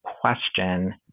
question